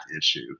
issue